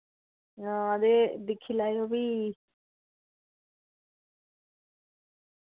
हां ते दिक्खी लैएओ फ्ही